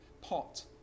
pot